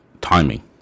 Timing